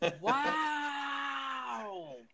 Wow